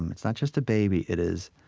um it's not just a baby. it is